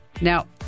now